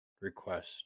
request